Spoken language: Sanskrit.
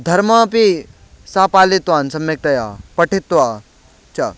धर्ममपि सः पालितवान् सम्यक्तया पठित्वा च